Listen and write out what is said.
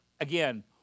Again